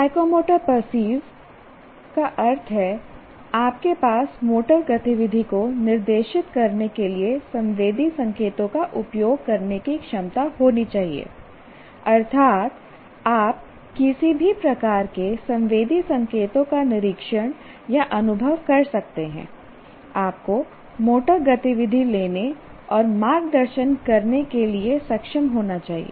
psychomotor perceive का अर्थ है आपके पास मोटर गतिविधि को निर्देशित करने के लिए संवेदी संकेतों का उपयोग करने की क्षमता होनी चाहिए अर्थात आप किसी भी प्रकार के संवेदी संकेतों का निरीक्षण या अनुभव कर सकते हैं आपको मोटर गतिविधि लेने और मार्गदर्शन करने के लिए सक्षम होना चाहिए